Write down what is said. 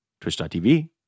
Twitch.tv